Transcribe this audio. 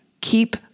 Keep